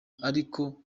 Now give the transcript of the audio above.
ariko